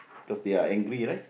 cause they are angry right